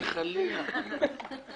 חס וחלילה, יימח שמו.